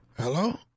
Hello